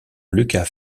lucas